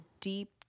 deep